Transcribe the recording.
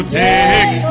take